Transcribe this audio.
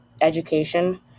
education